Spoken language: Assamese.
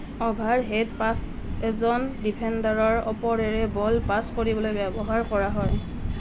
অ'ভাৰহেড পাছ এজন ডিফেণ্ডাৰৰ ওপৰেৰে বল পাছ কৰিবলৈ ব্যৱহাৰ কৰা হয়